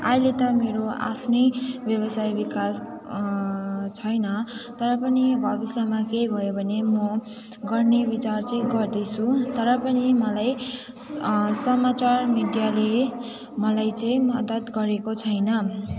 अहिले त मेरो आफ्नै व्यवसाय विकास छैन तर पनि भविष्यमा केही भयो भने म गर्ने विचार चाहिँ गर्दैछु तर पनि मलाई समाचार मिडियाले मलाई चाहिँ मदत गरेको छैन